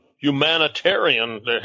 humanitarian